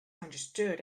understood